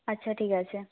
আচ্ছা ঠিক আছে